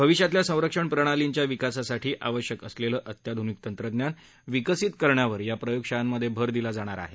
भविष्यातल्या संरक्षण प्रणालींच्या विकासासाठी आवश्यक असलेलं अत्याधुनिक तंत्रज्ञान विकसित करण्यावर या प्रयोगशाळांमध्ये भर दिला जाणार आहे